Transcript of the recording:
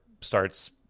starts